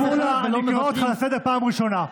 חבר הכנסת מולא, אני קורא אותך לסדר פעם ראשונה.